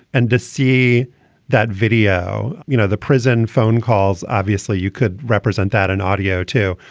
and to see that video, you know, the prison phone calls, obviously you could represent that an audio, too.